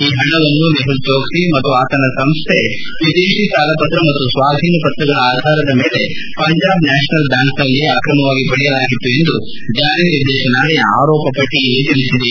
ಈ ಹಣವನ್ನು ಮೆಹುಲ್ ಜೋಕ್ಷಿ ಮತ್ತು ಆತನ ಸಂಸ್ಹೆ ವಿದೇಶಿ ಸಾಲಪತ್ರ ಮತ್ತು ಸ್ನಾಧೀನಪತ್ರಗಳ ಆಧಾರದ ಮೇಲೆ ಪಂಜಾಬ್ ನ್ನಾಷನಲ್ ಬ್ನಾಂಕ್ನಲ್ಲಿ ಆಕ್ರಮವಾಗಿ ಪಡೆಯಲಾಗಿತ್ತು ಎಂದು ಜಾರಿ ನಿರ್ದೇಶನಾಲಯ ಆರೋಪಿ ಪಟ್ಟಿಯಲ್ಲಿ ತಿಳಿಸಿದೆ